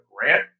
grant